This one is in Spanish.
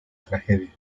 tragedia